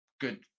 good